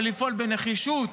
ולפעול בנחישות